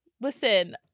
listen